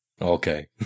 Okay